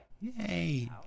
Yay